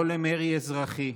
לא למרי אזרחי.